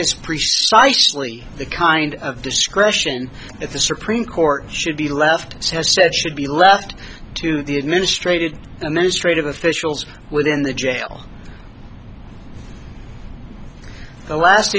is precisely the kind of discretion that the supreme court should be left as has said should be left to the administrative and then straight of officials within the jail the last